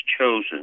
chosen